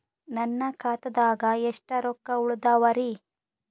ನನ್ನ ಖಾತಾದಾಗ ಎಷ್ಟ ರೊಕ್ಕ ಉಳದಾವರಿ?